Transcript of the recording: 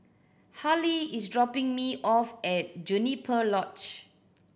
Hallie is dropping me off at Juniper Lodge